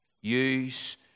Use